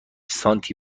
سانتی